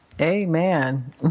Amen